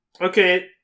Okay